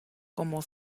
como